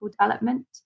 development